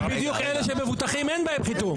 אבל בדיוק אלה שמבוטחים אין בהם חיתום.